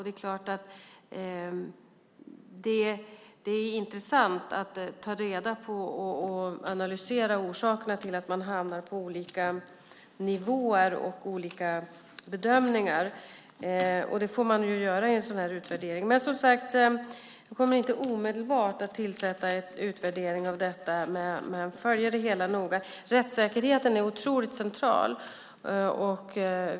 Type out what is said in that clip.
Det är ju intressant att ta reda på och analysera orsakerna till att man hamnar på olika nivåer och olika bedömningar. Det får man ta reda på i en sådan här utvärdering. Men, som sagt, jag kommer inte omedelbart att göra en utvärdering av detta men följer det hela noga. Rättssäkerheten är otroligt central.